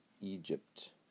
Egypt